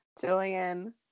Julian